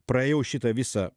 praėjau šitą visą